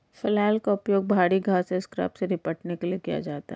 flail का उपयोग भारी घास स्क्रब से निपटने के लिए किया जाता है